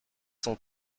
sont